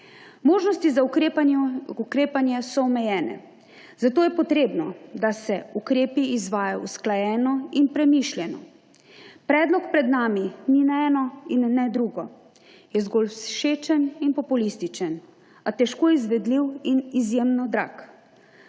Možnosti za ukrepanje so omejene, zato je potrebno, da se ukrepi izvajajo usklajeno in premišljeno. Predlog pred nami ni ne eno in ne drugo, je zgolj všečen in populističen, a težko izvedljiv in izjemno drag.